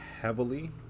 heavily